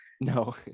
No